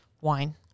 Wine